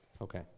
okay